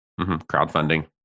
crowdfunding